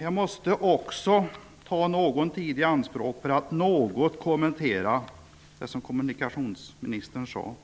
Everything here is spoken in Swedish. Jag måste också ta litet tid i anspråk för att kommentera något av det som kommunikationsministern sade.